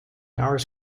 ours